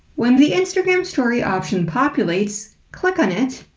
when the instagram story option populates, click on it,